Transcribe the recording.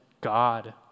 God